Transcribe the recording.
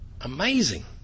amazing